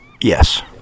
Yes